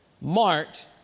marked